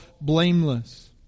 blameless